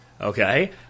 okay